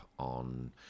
On